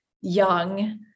young